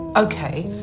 ok,